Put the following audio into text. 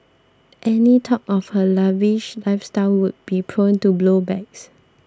any talk of her lavish lifestyle would be prone to blow backs